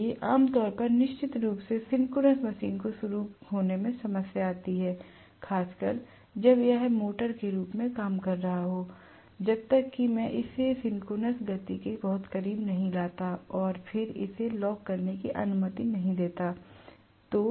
इसलिए आम तौर पर निश्चित रूप से सिंक्रोनस मशीन को शुरू होने में समस्या आती है खासकर जब यह मोटर के रूप में काम कर रहा हो जब तक कि मैं इसे सिंक्रोनस गति के बहुत करीब नहीं लाता और फिर इसे लॉक करने की अनुमति देता हूं